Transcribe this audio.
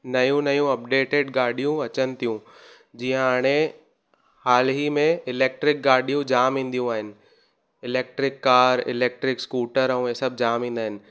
नयूं नयूं अपडेटिड गाॾियूं अचनि थियूं जीअं हाणे हाल ई में इलेक्ट्रिक गाॾियूं जामु ईंदियूं आहिनि इलेक्ट्रिक कार इलेक्ट्रिक स्कूटर ऐं इहे सभु जामु ईंदा आहिनि